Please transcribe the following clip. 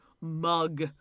mug